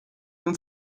room